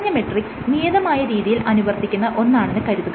മേല്പറഞ്ഞ മെട്രിക്സ് നിയതമായ രീതിയിൽ അനുവർത്തിക്കുന്ന ഒന്നാണെന്ന് കരുതുക